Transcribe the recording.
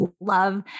love